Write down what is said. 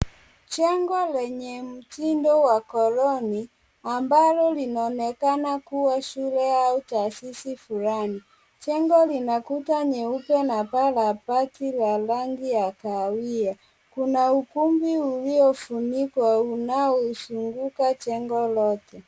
Jengo lenye mtindo wa koloni ambalo linaonekana kuwa shule au taasisi fulani. Jengo lina kuta nyeupe na paa la bati la rangi ya kahawia. Kuna ukumbi uliofunikwa unaozunguka jengo lote.